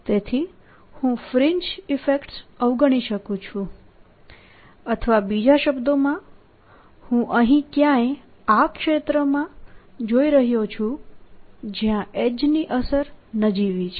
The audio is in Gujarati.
તેથી હું ફ્રિન્જ ઇફેક્ટ્સ અવગણી શકું છું અથવા બીજા શબ્દોમાં હું અહીં ક્યાંય આ ક્ષેત્રમાં જોઈ રહ્યો છું જ્યાં એડ્જ ની અસર નજીવી છે